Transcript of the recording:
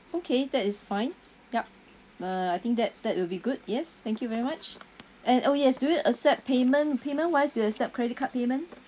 okay that is fine yup uh I think that that will be good yes thank you very much and oh yes do you accept payment payment wise do you accept credit card payment